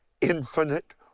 infinite